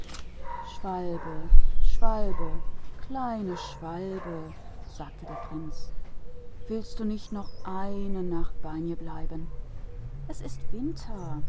vogel vogel kleiner vogel sagte der prinz willst du nicht noch eine nacht bei mir bleiben es ist winter